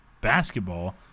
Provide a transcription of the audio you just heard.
basketball